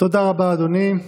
תודה רבה, אדוני.